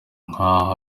nkaho